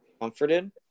comforted